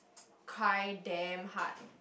cry damn hard